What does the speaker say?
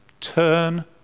turn